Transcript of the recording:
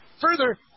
further